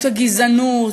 הגזענות,